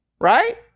Right